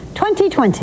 2020